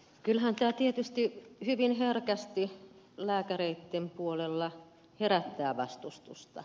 kyllähän tämä tietysti hyvin herkästi lääkäreitten puolella herättää vastustusta